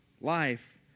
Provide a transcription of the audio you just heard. Life